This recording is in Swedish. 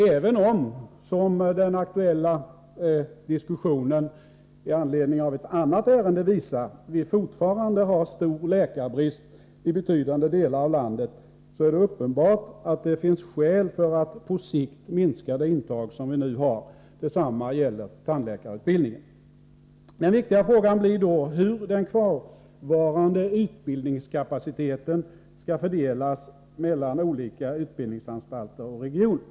Även om — som den aktuella diskussionen i anledning av ett annat ärende visar — vi fortfarande har stor läkarbrist i betydande delar av landet, är det uppenbart att det finns skäl för att på lång sikt minska det intag som vi nu har. Detsamma gäller tandläkarutbildningen. Den viktiga frågan blir då hur den kvarvarande utbildningskapaciteten skall fördelas mellan olika utbildningsanstalter och regioner.